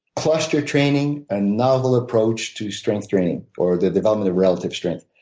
cluster training, a novel approach to strength training, or the development of relative strength.